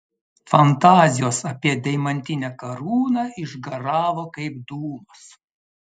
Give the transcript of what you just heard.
fantazijos apie deimantinę karūną išgaravo kaip dūmas